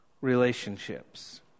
relationships